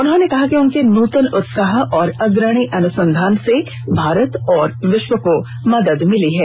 उन्होंने कहा कि उनके नूतन उत्साह और अग्रणी अनुसंधान से भारत और विश्व को मदद मिली है